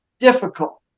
difficult